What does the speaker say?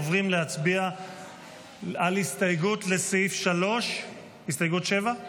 עוברים להצביע על הסתייגות לסעיף 3. הסתייגות 7,